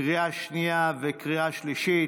לקריאה שנייה וקריאה שלישית.